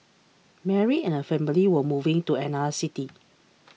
Mary and her family were moving to another city